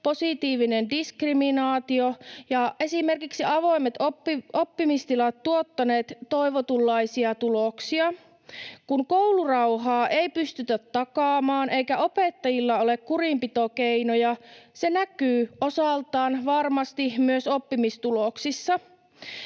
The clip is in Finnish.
positiivinen diskriminaatio ja esimerkiksi avoimet oppimistilat tuottaneet toivotunlaisia tuloksia. Kun koulurauhaa ei pystytä takaamaan eikä opettajilla ole kurinpitokeinoja, se näkyy osaltaan varmasti myös oppimistuloksissa.